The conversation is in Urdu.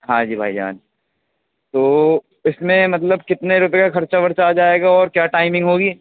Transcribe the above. ہاں جی بھائی جان تو اس میں مطلب کتنے روپے کا خرچہ ورچہ آ جائے گا اور کیا ٹائمنگ ہوگی